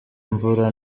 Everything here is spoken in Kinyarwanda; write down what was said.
imvura